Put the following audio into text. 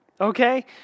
Okay